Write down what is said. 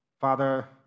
Father